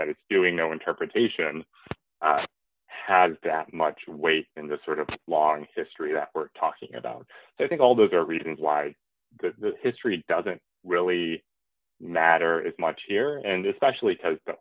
that it's doing no interpretation has that much weight in the sort of long history that we're talking about the i think all those are reasons why the history doesn't really matter as much here and especially because the